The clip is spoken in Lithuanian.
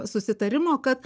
susitarimo kad